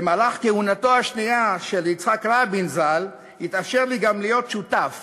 במהלך כהונתו השנייה של יצחק רבין ז"ל התאפשר לי גם להיות שותף